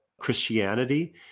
Christianity